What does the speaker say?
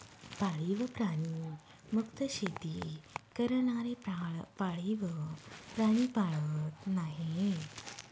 पाळीव प्राणी मुक्त शेती करणारे पाळीव प्राणी पाळत नाहीत